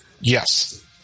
Yes